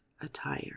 attire